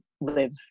live